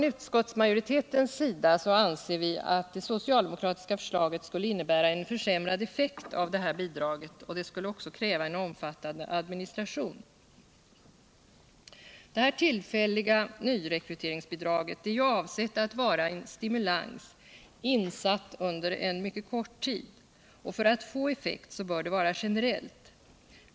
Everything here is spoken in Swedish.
Utskottsmajoriteten anser att det socialdemokratiska förslaget skulle ge en sämre effekt av det här bidraget och att det skulle kräva en omfattande administration. Det tillfälliga nyrekryteringsbidraget är avsett att vara en stimulans insatt under kort tid. För att få effekt bör det vara generellt.